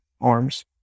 arms